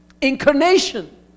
incarnation